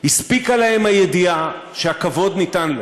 הספיקה להם הידיעה שהכבוד ניתן להם,